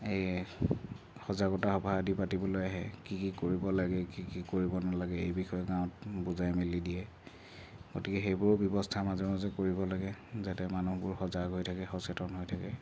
এই সজাগতা সভা আদি পাতিবলৈ আহে কি কি কৰিব লাগে কি কি কৰিব নালাগে এই বিষয়ে গাঁৱত বুজাই মেলি দিয়ে গতিকে সেইবোৰৰ ব্যৱস্থা মাজে মাজে কৰিব লাগে যাতে মানুহবোৰ সজাগ হৈ থাকে সচেতন হৈ থাকে